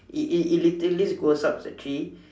it it it literally goes up the tree